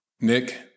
Nick